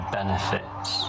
benefits